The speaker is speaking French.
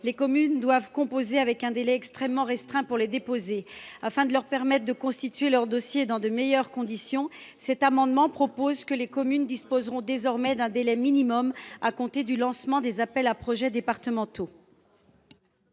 les communes doivent composer avec un délai extrêmement restreint pour les déposer. Afin de leur permettre de constituer leur dossier dans de meilleures conditions, cet amendement vise à faire disposer les communes d’un délai minimal à compter du lancement des appels à projets départementaux.